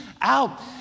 out